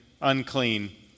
unclean